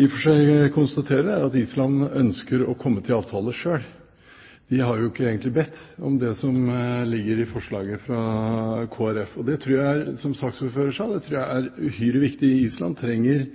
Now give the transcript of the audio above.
i og for seg konstaterer, er at Island ønsker å komme til en avtale selv, de har ikke egentlig bedt om det som ligger i forslaget fra Kristelig Folkeparti. Det tror jeg, som også saksordføreren sa, er uhyre viktig. Island trenger